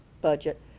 budget